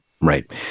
right